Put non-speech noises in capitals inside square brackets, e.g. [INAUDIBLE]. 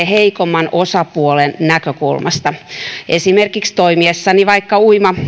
[UNINTELLIGIBLE] heikomman osapuolen näkökulmasta esimerkiksi toimiessani vaikka